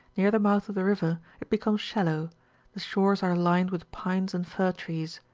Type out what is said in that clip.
near the mouth of the river, it becomes shallow the shores are lined with pines and fir-trees.